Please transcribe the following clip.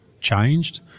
changed